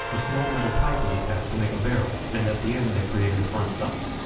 a small metal pipe was attached to make a barrel and at the end they created a front sight.